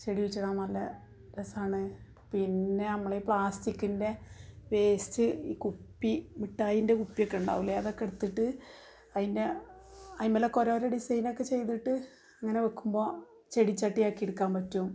ചെടി വച്ചിടാൻ നല്ല രസമാണ് പിന്നെ നമ്മൾ ഈ പ്ലാസ്റ്റിക്കിൻ്റെ വേസ്റ്റ് ഈ കുപ്പി മിഠായിൻ്റെ കുപ്പിയൊക്കെ ഉണ്ടാവില്ലേ അതൊക്കെ എടുത്തിട്ട് അതിൻ്റെ അതിൻ്റെ മേലെ ഒക്കെ ഓരോരോ ഡിസൈനൊക്കെ ചെയ്തിട്ട് ഇങ്ങനെ വയ്ക്കുമ്പോൾ ചെടിച്ചട്ടി ആക്കി എടുക്കാൻ പറ്റും